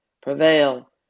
prevail